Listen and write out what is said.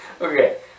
Okay